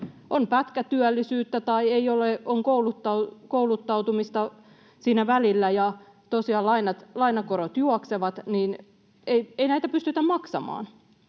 On pätkätyöllisyyttä tai on kouluttautumista siinä välillä, ja kun tosiaan lainakorot juoksevat, niin ei näitä pystytä maksamaan.